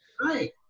Right